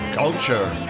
culture